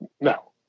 No